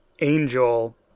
Angel